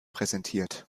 präsentiert